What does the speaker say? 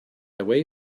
away